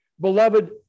Beloved